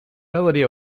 melody